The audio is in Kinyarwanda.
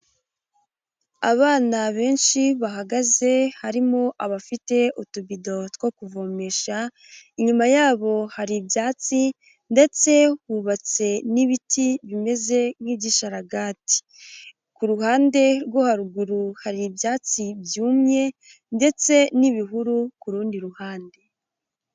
Abana benshi bahagaze, harimo abafite utubido two kuvomesha, inyuma yabo hari ibyatsi ndetse hubatse n'ibiti bimeze nk'igisharagati. Ku ruhande rwo haruguru hari ibyatsi byumye ndetse n'ibihuru ku rundi ruhande.